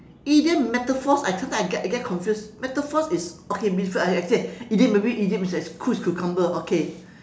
idiom metaphors I sometimes I get I get confused metaphors is okay maybe like I say idiom maybe idiom is cool as a cucumber okay